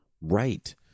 right